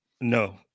No